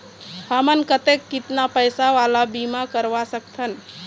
हमन कतेक कितना पैसा वाला बीमा करवा सकथन?